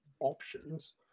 options